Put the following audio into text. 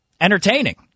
entertaining